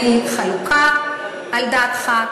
אני חלוקה על דעתך.